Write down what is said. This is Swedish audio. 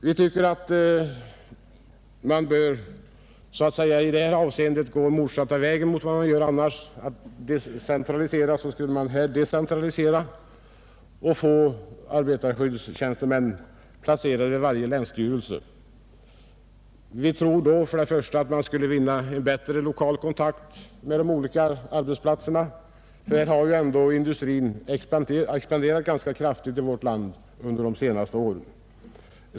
Vi tycker att man så att säga bör gå motsatta vägen mot vad man gör annars — i stället för att centralisera borde man här decentralisera och få arbetarskyddstjänstemän placerade vid varje länsstyrelse. Vi tror att man då för det första skulle vinna en bättre lokal kontakt med de olika arbetsplatserna. Industrin i vårt land har ju expanderat ganska kraftigt under de senaste åren.